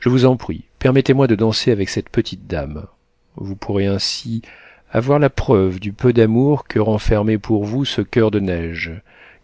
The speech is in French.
je vous en prie permettez-moi de danser avec cette petite dame vous pourrez ainsi avoir la preuve du peu d'amour que renfermait pour vous ce coeur de neige